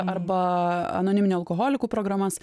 arba anoniminių alkoholikų programas